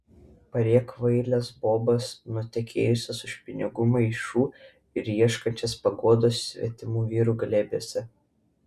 priekvailes bobas nutekėjusias už pinigų maišų ir ieškančias paguodos svetimų vyrų glėbiuose